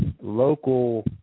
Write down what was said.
local –